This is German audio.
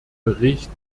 bericht